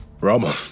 Rama